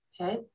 Okay